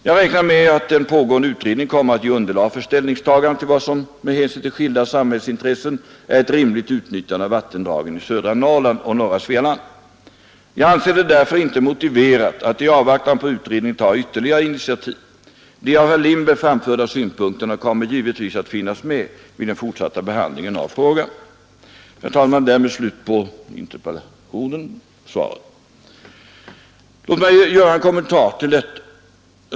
Jag räknar med att den pågående utredningen kommer att ge underlag för ställningstaganden till vad som med hänsyn till skilda samhällsintressen är ett rimligt utnyttjande av vattendragen i södra Norrland och norra Svealand. Jag anser det därför inte motiverat att i avvaktan på utredningen ta ytterligare initiativ. De av herr Lindberg framförda synpunkterna kommer givetvis att finnas med vid den fortsatta behandlingen av frågan. Herr talman! Jag har därmed besvarat interpellationen. Låt mig göra en kommentar.